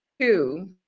two